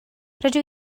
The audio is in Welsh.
rydw